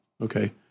Okay